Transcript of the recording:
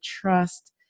trust